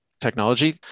technology